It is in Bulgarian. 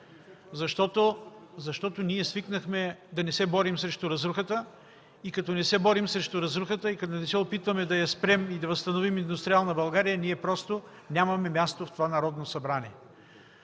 защото ние свикнахме да не се борим срещу разрухата. Като не се борим срещу разрухата и като не се опитваме да я спрем и да възстановим индустриална България, ние просто нямаме място в това Народно събрание!